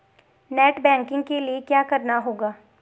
Net banking के लिए क्या करना होगा?